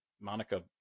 Monica